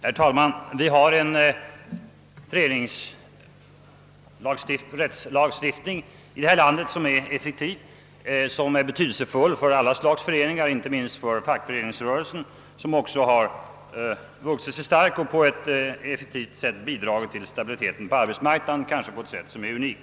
Herr talman! Vi har en föreningsrättslagstiftning i detta land som är effektiv och som är betydelsefull för alla slags föreningar, inte minst för fackföreningsrörelsen som också har vuxit sig stark och på ett effektivt sätt bidragit till stabiliteten på arbetsmarknaden, kanske på ett sätt som är unikt.